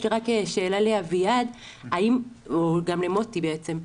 יש לי שאלה לאביעד וגם למוטי בעצם.